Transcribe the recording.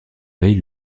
veille